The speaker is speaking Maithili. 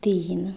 तीन